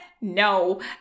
No